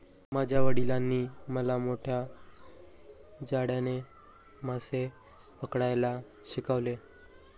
माझ्या वडिलांनी मला मोठ्या जाळ्याने मासे पकडायला शिकवले